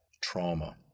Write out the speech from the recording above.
trauma